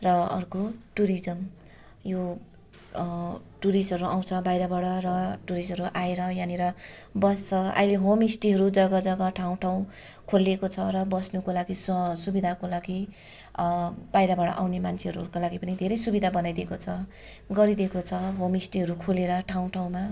र अर्को टुरिजम् यो टुरिस्टहरू आउँछ बाहिरबाट र टुरिस्टहरू आएर यहाँनेर बस्छ आहिले होमस्टेहरू जग्गा जग्गा ठाउँ ठाउँ खोलिएको छ र बस्नको लागि स सुविधाको लागि बाहिरबाट आउने मान्छेहरूको लागि पनि धेरै सुविधा बनाइदिएको छ गरिदिएको छ होमस्टेहरू खोलेर ठाउँ ठाउँमा